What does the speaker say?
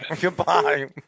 Goodbye